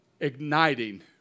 Igniting